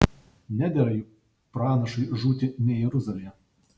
nedera juk pranašui žūti ne jeruzalėje